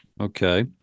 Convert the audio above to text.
Okay